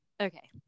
okay